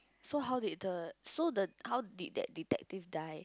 so how did the so the how did that detective die